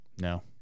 no